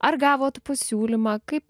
ar gavot pasiūlymą kaip